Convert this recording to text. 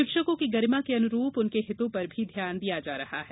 शिक्षकों की गरिमा के अनुरूप उनके हितों पर भी ध्यान दिया जा रहा है